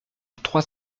trois